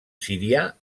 sirià